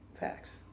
facts